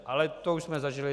Ale to už jsme zažili.